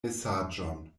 mesaĝon